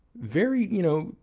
very, you know,